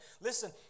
Listen